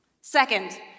Second